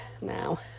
now